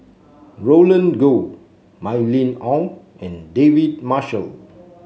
Roland Goh Mylene Ong and David Marshall